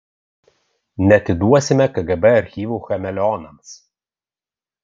neatiduosime kgb archyvų chameleonams